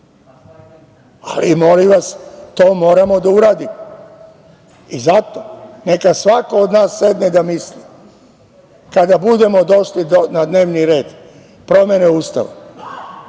Molim vas, to moramo da uradimo. Zato neka svako od nas sedne da misli kada budu došle na dnevni red promene Ustava,